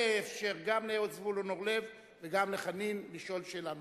ואאפשר גם לזבולון אורלב וגם לחנין לשאול שאלה נוספת.